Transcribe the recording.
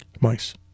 Mice